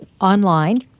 online